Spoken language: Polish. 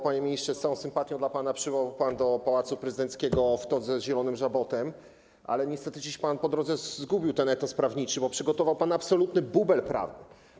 Panie ministrze, z całą sympatią dla pana, przybył pan do Pałacu Prezydenckiego w todze z zielonym żabotem, ale niestety dziś zgubił pan po drodze ten etos prawniczy, bo przygotował pan absolutny bubel prawny.